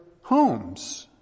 homes